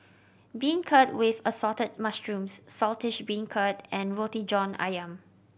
beancurd with Assorted Mushrooms Saltish Beancurd and Roti John Ayam